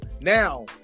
now